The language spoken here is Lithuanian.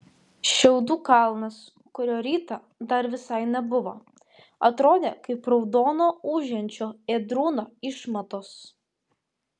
šiaudų kalnas kurio rytą dar visai nebuvo atrodė kaip raudono ūžiančio ėdrūno išmatos